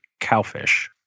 Cowfish